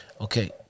Okay